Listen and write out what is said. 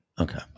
Okay